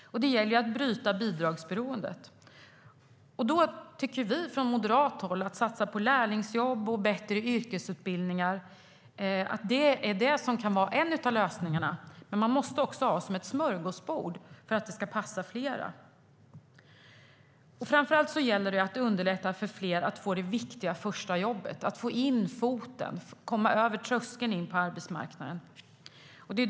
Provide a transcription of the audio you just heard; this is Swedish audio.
Det gäller att bryta bidragsberoendet. Vi från moderat håll tycker att lärlingsjobb och bättre yrkesutbildningar är en av lösningarna. Men det måste finnas ett smörgåsbord så att det ska passa fler. Framför allt gäller det att underlätta för fler att få det viktiga första jobbet, att få in foten och komma över tröskeln in på arbetsmarknaden.